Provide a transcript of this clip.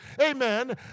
amen